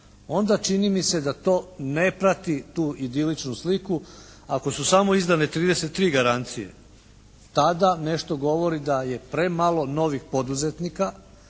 onda čini mise da to ne prati tu idiličnu sliku. Ako su samo izdane 33 garancije, tada nešto govori da je premalo novih poduzetnika